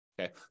Okay